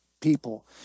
people